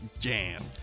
Jam